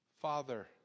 father